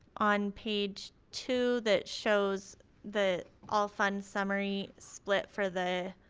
on page two that shows the all fun summary split for the